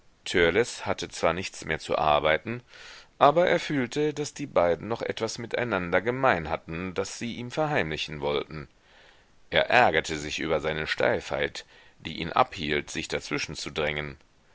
hatte zwar nichts mehr zu arbeiten aber er fühlte daß die beiden noch etwas miteinander gemein hatten das sie ihm verheimlichen wollten er ärgerte sich über seine steifheit die ihn abhielt sich dazwischen zu drängen